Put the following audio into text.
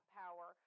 power